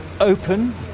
open